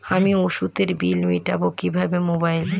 আমি ওষুধের বিল মেটাব কিভাবে মোবাইলে?